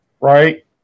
right